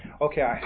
Okay